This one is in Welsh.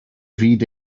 fyd